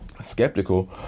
skeptical